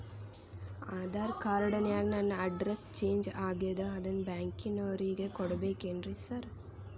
Aadhaar card ನ್ಯಾಗ ನನ್ address change ಆಗ್ಯಾದ ಅದನ್ನ ಬ್ಯಾಂಕಿನೊರಿಗೆ ಕೊಡ್ಬೇಕೇನ್ರಿ ಸಾರ್?